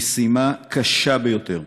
המשימה קשה ביותר,